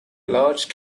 large